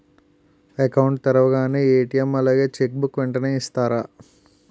Account తెరవగానే ATM అలాగే cheque book వెంటనే ఇస్తారా?